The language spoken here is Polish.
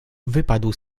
wypadł